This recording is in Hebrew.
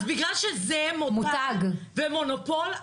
אז בגלל שזה מותג ומונופול,